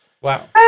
Wow